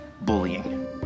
bullying